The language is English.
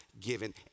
given